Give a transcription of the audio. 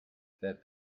that